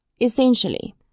Essentially